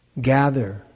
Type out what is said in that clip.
gather